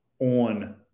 on